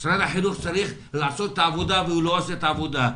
משרד החינוך צריך לעשות את העבודה והוא לא עושה את העבודה.